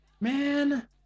man